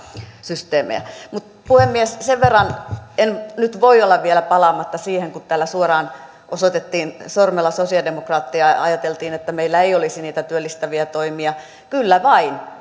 systeemejä mutta puhemies sen verran en nyt voi olla vielä palaamatta siihen kun täällä suoraan osoitettiin sormella sosialidemokraatteja ja ajateltiin että meillä ei olisi niitä työllistäviä toimia kyllä vain